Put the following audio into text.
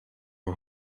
are